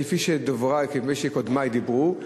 כפי שקודמי דיברו,